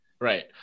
Right